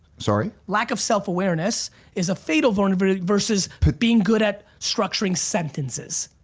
sorry? lack of self awareness is a fatal vulnerability versus but being good at structuring sentences.